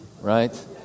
right